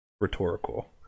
rhetorical